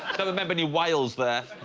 don't remember any whales there.